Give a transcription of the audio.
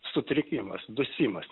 sutrikimas dusimas